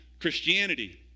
Christianity